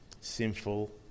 sinful